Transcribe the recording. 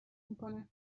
میکنه